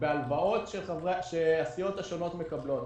בהלוואות שהסיעות השונות מקבלות.